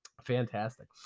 Fantastic